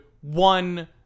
one